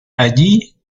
allí